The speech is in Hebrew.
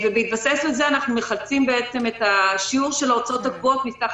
בהתבסס על זה אנחנו מחלצים את השיעור של ההוצאות הקבועות מסך